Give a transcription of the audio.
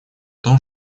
том